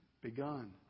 begun